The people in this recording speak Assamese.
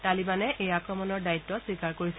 তালিবানে এই আক্ৰমণৰ দায়িত্ব স্বীকাৰ কৰিছে